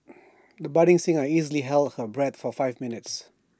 the budding singer easily held her breath for five minutes